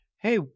hey